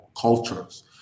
cultures